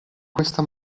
questa